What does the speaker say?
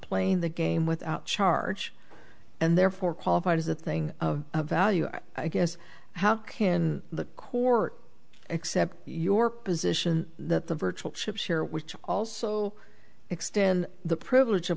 playing the game without charge and therefore qualified as a thing of value i guess how can the court accept your position that the virtual chips here which also extend the privilege of